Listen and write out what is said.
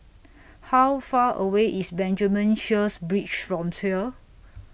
How Far away IS Benjamin Sheares Bridge from here